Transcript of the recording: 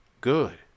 good